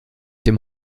dem